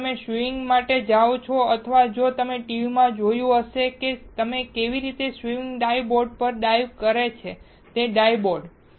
જો તમે સ્વિમિંગ માટે જાઓ છો અથવા જો તમે ટીવીમાં જોયું હશે તો કેવી રીતે સ્વિમિંગ ડાઇવ બોર્ડ પર ડાઇવ કરે છે તે ડાઇવ બોર્ડ